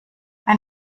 ein